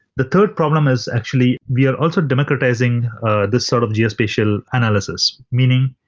the third problem is actually, we are also democratizing ah this sort of geospatial analysis. meaning,